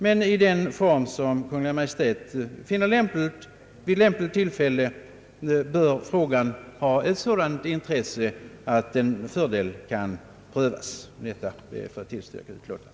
Men frågan har sådant intresse att den med fördel kan tas upp i den form Kungl. Maj:t finner lämplig. Med detta, herr talman, ber jag att få yrka bifall till utskottets utlåtande.